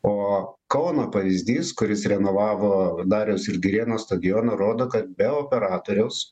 o kauno pavyzdys kuris renovavo dariaus ir girėno stadioną rodo kad be operatoriaus